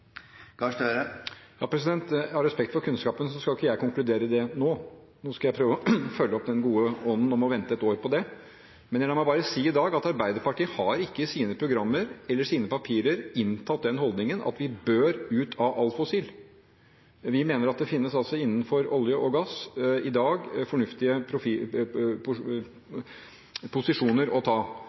har respekt for kunnskapen, så jeg skal ikke konkludere dette nå. Nå skal jeg prøve å følge opp den gode ånden med å vente ett år på det. Men la meg bare si i dag at Arbeiderpartiet har ikke i sine programmer, eller i sine papirer, inntatt den holdningen at vi bør ut av all fossil. Vi mener at det innenfor olje og gass i dag finnes fornuftige posisjoner å ta, men det å